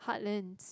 heartlands